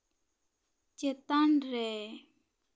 ᱪᱮᱛᱟᱱ ᱨᱮ